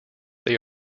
they